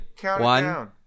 one